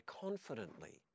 confidently